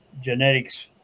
genetics